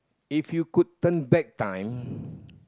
if you could turn back time